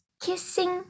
kissing